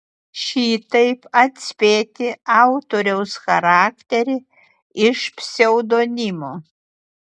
šitaip atspėti autoriaus charakterį iš pseudonimo